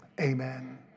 amen